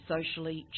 socially